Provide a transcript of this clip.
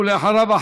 ואחריו,